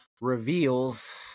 reveals